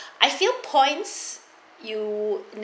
I feel points you